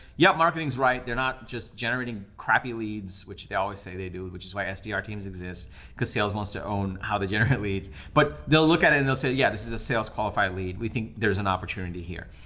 yep, marketing's right. they're not just generating crappy leads, which they always say they do, which is why sdr teams exist cause sales wants to own how they generate leads. but they'll look at it and they'll say, yeah, this is a sales qualified lead. we think there's an opportunity here.